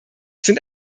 sind